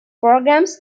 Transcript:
programmes